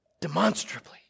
demonstrably